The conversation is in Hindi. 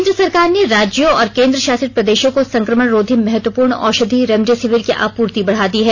केन्द्र सरकार ने राज्यों और केन्द्रशासित प्रदेशों को संक्रमणरोधी महत्वपूर्ण औषधि रेमडेसिविर की आपूर्ति बढ़ा दी है